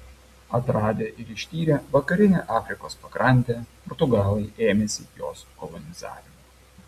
atradę ir ištyrę vakarinę afrikos pakrantę portugalai ėmėsi jos kolonizavimo